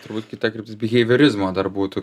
turbūt kita kryptis biheijorizmo dar būtų